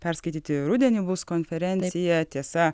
perskaityti rudenį bus konferencija tiesa